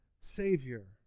Savior